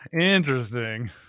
Interesting